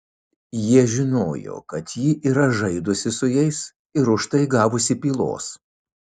jie žinojo kad ji yra žaidusi su jais ir už tai gavusi pylos